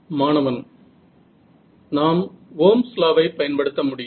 மாணவன் நாம் ஓம்ஸ் லாவை பயன்படுத்த முடியும்